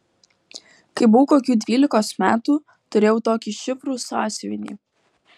kai buvau kokių dvylikos metų turėjau tokį šifrų sąsiuvinį